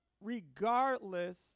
regardless